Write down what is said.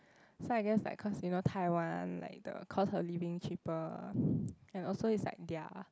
so I guess like cause you know Taiwan like the cost of living cheaper and also is like their